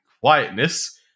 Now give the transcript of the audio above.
quietness